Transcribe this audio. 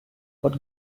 what